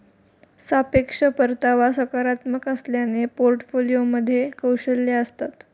सापेक्ष परतावा सकारात्मक असल्याने पोर्टफोलिओमध्ये कौशल्ये असतात